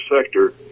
sector